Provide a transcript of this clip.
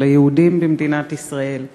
של היהודים במדינת ישראל.